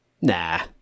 Nah